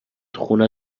خونه